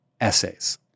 essays